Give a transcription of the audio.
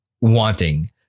wanting